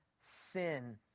sin